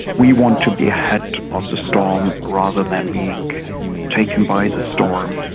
we want to be ahead of the storm rather than being taken by the storm,